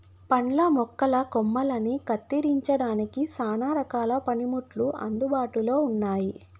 పండ్ల మొక్కల కొమ్మలని కత్తిరించడానికి సానా రకాల పనిముట్లు అందుబాటులో ఉన్నాయి